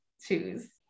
choose